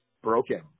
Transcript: broken